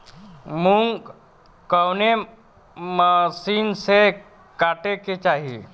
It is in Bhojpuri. मूंग कवने मसीन से कांटेके चाही?